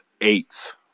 eight